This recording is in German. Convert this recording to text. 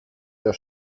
der